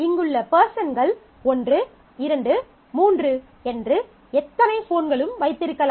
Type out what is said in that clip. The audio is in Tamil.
இங்குள்ள பெர்ஸன்கள் ஒன்று இரண்டு மூன்று என்று எத்தனை ஃபோன்களும் வைத்திருக்கலாம்